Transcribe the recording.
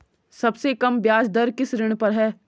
सबसे कम ब्याज दर किस ऋण पर है?